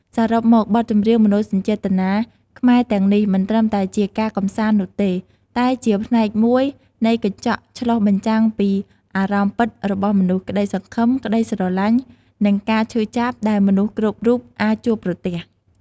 សរុបមក បទចម្រៀងមនោសញ្ចេតនាខ្មែរទាំងនេះមិនត្រឹមតែជាការកម្សាន្តនោះទេ តែជាផ្នែកមួយនៃកញ្ចក់ឆ្លុះបញ្ចាំងពីអារម្មណ៍ពិតរបស់មនុស្ស ក្តីសង្ឃឹម ក្តីស្រឡាញ់ និងការឈឺចាប់ដែលមនុស្សគ្រប់រូបអាចជួបប្រទះ។